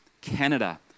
Canada